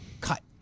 Cut